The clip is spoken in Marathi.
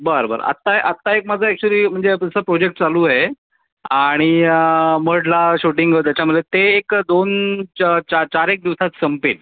बर बर आत्ता ए आत्ता एक माझं ॲक्च्युली म्हणजे दुसरं प्रोजेक्ट चालू आहे आ णि मढला शूटिंग आहे त्याच्यामध्ये ते एक दोन च चार चारेक दिवसात संपेल